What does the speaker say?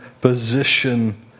position